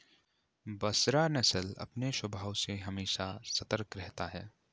बसरा नस्ल अपने स्वभाव से हमेशा सतर्क रहता है